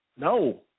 No